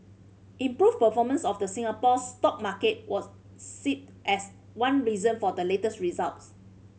improved performance of the Singapore stock market was as one reason for the latest results